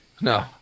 No